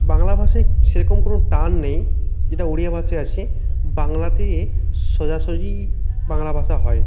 বাংলা ভাষায় সেরকম কোনও টান নেই যেটা উড়িয়া ভাষায় আছে বাংলাতে সোজাসুজি বাংলা ভাষা হয়